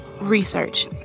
research